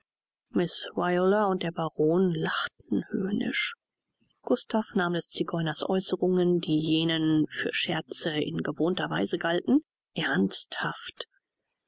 und der baron lachten höhnisch gustav nahm des zigeuners aeußerungen die jenen für scherze in gewohnter weise galten ernsthaft